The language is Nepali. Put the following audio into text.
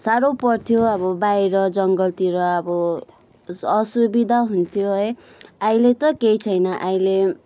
साह्रो पर्थ्यो अब बाहिर जङ्गलतिर अब असुविधा हुन्थ्यो है अहिले त केही छैन अहिले